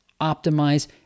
optimize